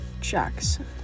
jackson